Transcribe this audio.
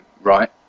Right